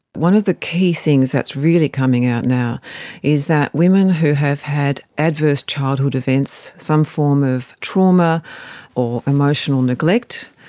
one of the key things that's really coming out now is that women who have had an adverse childhood events, some form of trauma or emotional neglect,